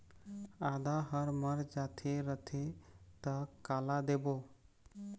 आदा हर मर जाथे रथे त काला देबो?